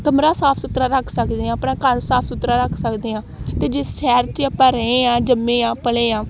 ਕਮਰਾ ਸਾਫ ਸੁਥਰਾ ਰੱਖ ਸਕਦੇ ਹਾਂ ਆਪਣਾ ਘਰ ਸਾਫ ਸੁਥਰਾ ਰੱਖ ਸਕਦੇ ਹਾਂ ਅਤੇ ਜਿਸ ਸ਼ਹਿਰ 'ਚ ਆਪਾਂ ਰਹੇ ਹਾਂ ਜੰਮੇ ਹਾਂ ਪਲੇ ਹਾਂ